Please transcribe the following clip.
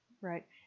right